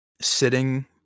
sitting